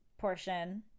portion